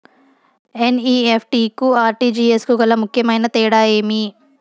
NEFT కు RTGS కు గల ముఖ్యమైన తేడా ఏమి?